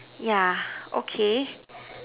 yeah okay